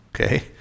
okay